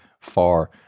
far